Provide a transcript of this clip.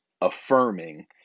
affirming